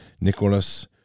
Nicholas